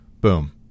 boom